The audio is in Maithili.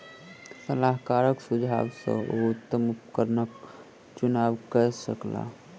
सलाहकारक सुझाव सॅ ओ उत्तम उपकरणक चुनाव कय सकला